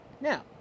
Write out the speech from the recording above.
Now